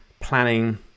planning